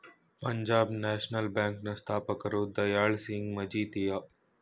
Punjab national bank ನ ಸ್ಥಾಪಕರು ದಯಾಳ್ ಸಿಂಗ್ ಮಜಿತಿಯ